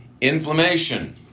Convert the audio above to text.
inflammation